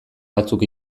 batzuk